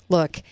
Look